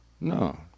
No